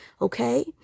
okay